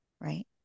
right